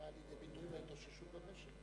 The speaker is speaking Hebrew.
בא לידי ביטוי בהתאוששות במשק.